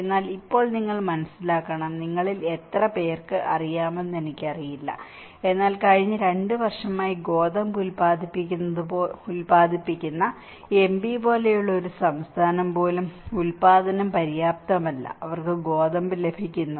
അതിനാൽ ഇപ്പോൾ നിങ്ങൾ മനസ്സിലാക്കണം നിങ്ങളിൽ എത്രപേർക്ക് അറിയാമെന്ന് എനിക്കറിയില്ല എന്നാൽ കഴിഞ്ഞ 2 വർഷമായി ഗോതമ്പ് ഉത്പാദിപ്പിക്കുന്ന എംപി പോലുള്ള ഒരു സംസ്ഥാനം പോലും ഉൽപാദനം പര്യാപ്തമല്ല അവർക്ക് ഗോതമ്പ് ലഭിക്കുന്നു